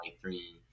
three